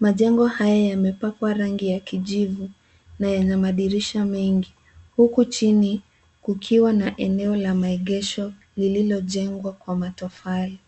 Majengo haya yamepakwa rangi ya kijivu na yana madirisha mengi huku chini kukiwa na eneo la maegesho lililojengwa kwa matofali.